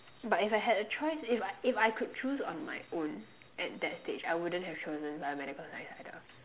but if I had a choice if I if I could choose on my own at that stage I wouldn't have chosen biomedical science either